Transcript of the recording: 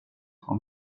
och